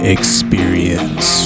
Experience